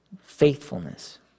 faithfulness